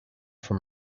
from